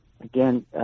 again